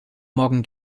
morgen